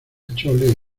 chole